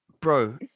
Bro